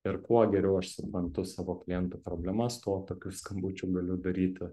ir kuo geriau aš suprantu savo klientų problemas tuo tokių skambučių galiu daryti